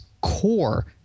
core